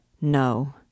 No